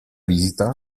visita